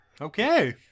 Okay